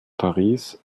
paris